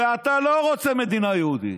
ואתה לא רוצה מדינה יהודית,